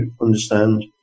understand